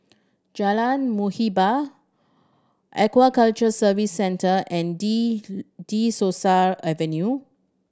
Jalan Muhibbah Aquaculture Service Centre and De De Souza Avenue